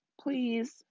please